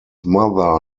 mother